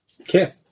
Okay